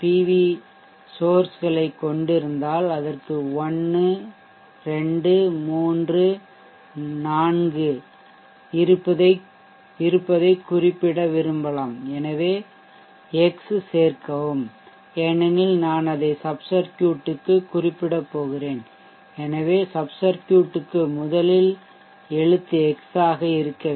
we சோர்ஷ்களைக் கொண்டிருந்தால் அதற்கு 1234 இருப்பதைக் குறிப்பிட விரும்பலாம் எனவே x சேர்க்கவும் ஏனெனில் நான் அதை சப் சர்க்யூட்க்கு குறிப்பிடப் போகிறேன் எனவே சப்சர்க்யூட்க்கு முதல் எழுத்து x ஆக இருக்க வேண்டும்